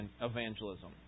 evangelism